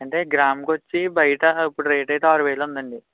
అంటే గ్రాముకు వచ్చి బయట ఇప్పుడు రేట్ అయితే ఆరువేలు ఉంది అండి